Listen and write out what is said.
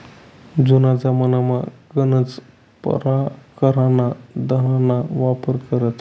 जुना जमानामा गनच परकारना धनना वापर करेत